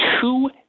two